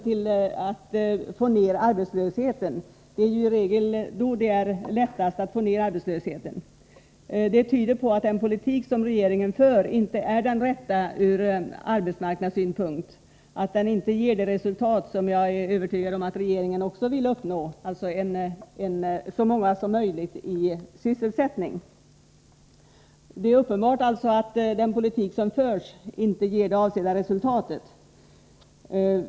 Det är i regel då det är lättast att få ned arbetslösheten. Det tyder på att den politik som regeringen för inte är den rätta ur arbetsmarknadssynpunkt. Den ger inte det resultat som jag är övertygad om att regeringen också vill uppnå, dvs. att så många som möjligt har sysselsättning. Det är alltså uppenbart att den politik som förs inte ger de avsedda resultaten.